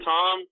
Tom